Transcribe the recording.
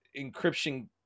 encryption